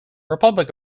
republic